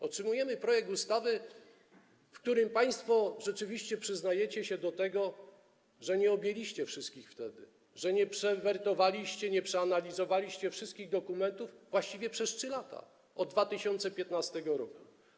Otrzymujemy projekt ustawy, w którym państwo rzeczywiście przyznajecie się do tego, że nie objęliście tym wtedy wszystkich, że nie przewertowaliście, nie przeanalizowaliście wszystkich dokumentów właściwie przez 3 lata, od 2015 r.